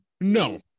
no